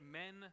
men